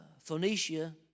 Phoenicia